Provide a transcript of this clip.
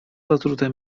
zatrute